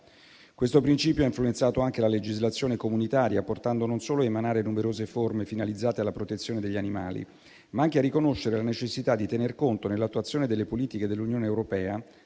Questo principio ha influenzato anche la legislazione comunitaria, portando non solo ad emanare numerose forme finalizzate alla protezione degli animali, ma anche a riconoscere la necessità di tener conto, nell'attuazione delle politiche dell'Unione europea,